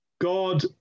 God